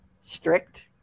strict